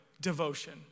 devotion